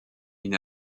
une